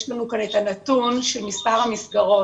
יש לנו כאן את הנתון של מספר המסגרות,